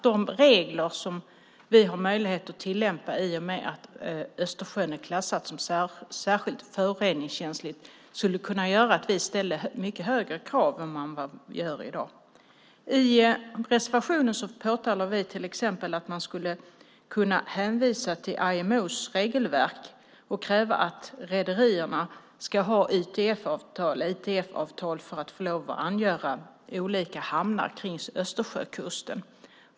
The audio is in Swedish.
De regler som vi har möjlighet att tillämpa i och med att Östersjön är klassad som särskilt föroreningskänslig skulle kunna göra att vi ställde mycket högre krav än vad vi gör i dag. I reservationen pekar vi till exempel på att man skulle kunna hänvisa till IMO:s regelverk och kräva att rederierna ska ha ITF-avtal för att få lov att angöra olika hamnar kring Östersjökusten.